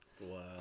Wow